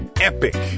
epic